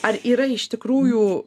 ar yra iš tikrųjų